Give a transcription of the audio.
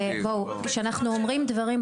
כשאנחנו אומרים דברים,